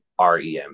REM